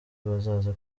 bazaza